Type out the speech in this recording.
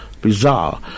bizarre